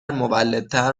مولدتر